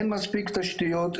אין מספיק תשתיות,